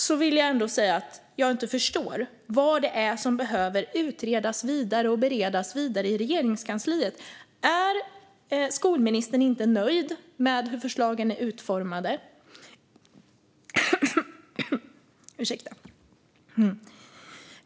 Då förstår jag inte vad det är som behöver utredas vidare och beredas vidare i Regeringskansliet. Är inte skolministern nöjd med hur förslagen är utformade?